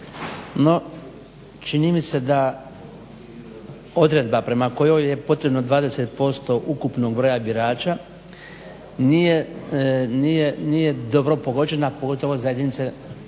No čini mi se da odredba prema kojoj je potrebno 20% ukupnog broja birača nije dobro pogođena pogotovo za velike jedinice